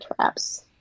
traps